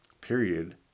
Period